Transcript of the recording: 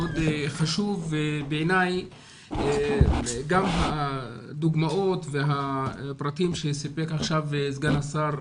דיון מאוד חשוב ובעיניי גם הדוגמאות והפרטים שסיפק עכשיו סגן השר,